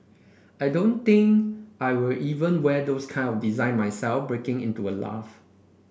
I don't think I will even wear those kind of design myself breaking into a laugh